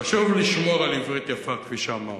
חשוב לשמור על עברית יפה, כפי שאמרתי.